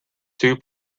two